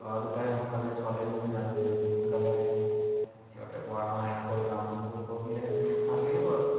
ল'ৰা দুটাই সোনকালে ছোৱালী এজনীও আছে যিহেতু সোনকালে সিহঁতে পঢ়া শুনা শেষ কৰি কামবোৰ কৰিলে ভাল লাগিব আৰু